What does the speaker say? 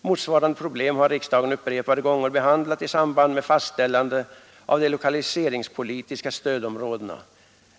Motsvarande problem har riksdagen upprepade gånger behandlat i samband med fastställande av de lokaliseringspolitiska stödområdena.